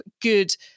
good